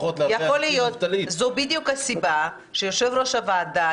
זאת בדיוק הסיבה לכך שיושב-ראש הוועדה